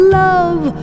love